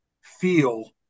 feel